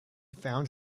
found